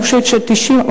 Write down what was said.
אני חושבת ש-90%,